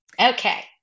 Okay